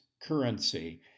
currency